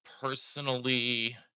personally